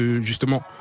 justement